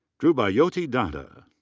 dhrubajyoti datta.